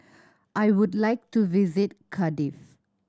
I would like to visit Cardiff